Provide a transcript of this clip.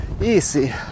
easy